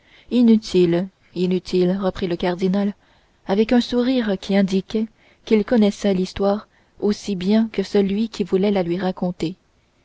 inutile inutile reprit le cardinal avec un sourire qui indiquait qu'il connaissait l'histoire aussi bien que celui qui voulait la lui raconter